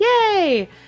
Yay